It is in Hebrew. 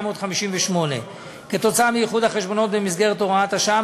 התשי"ח 1958. כתוצאה מאיחוד החשבונות במסגרת הוראת השעה,